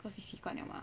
cause you 习惯了 mah